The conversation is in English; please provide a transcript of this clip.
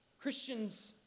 Christians